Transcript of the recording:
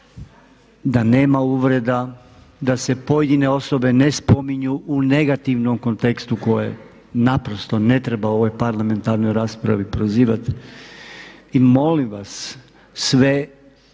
da nema uvreda, da se pojedine osobe ne spominju u negativnom kontekstu koji naprosto ne treba u ovoj parlamentarnoj raspravi prozivati. Molim vas sve